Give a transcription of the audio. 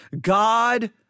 God